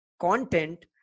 content